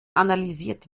analysiert